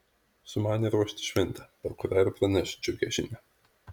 sumanė ruošti šventę per kurią ir praneš džiugią žinią